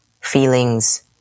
feelings